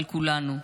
על כולנו,